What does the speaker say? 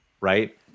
right